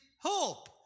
hope